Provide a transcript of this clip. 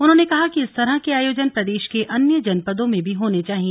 उन्होंने कहा कि इस तरह के आयोजन प्रदेश के अन्य जनपदों में भी होना चाहिए